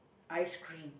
ice cream